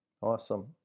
awesome